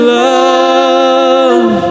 love